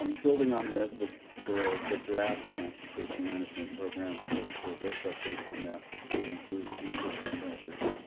um building on this, the the draft transportation management program for for this update to the master plan includes some additional measures.